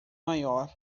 maior